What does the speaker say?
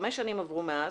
חמש שנים עברו מאז,